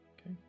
Okay